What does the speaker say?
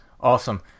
Awesome